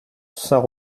saint